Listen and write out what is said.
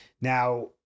now